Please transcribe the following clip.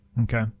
Okay